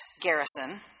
Garrison